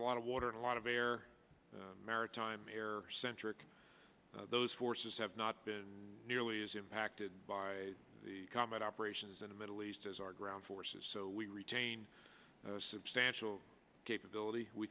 a lot of water and a lot of air maritime air centric those forces have not been nearly as impacted by the combat operations in the middle east as our ground forces so we retain substantial capability we